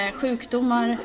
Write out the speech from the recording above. sjukdomar